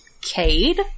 Cade –